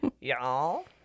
Y'all